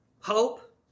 hope